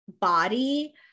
body